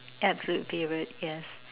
absolute favorite yes